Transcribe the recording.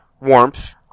warmth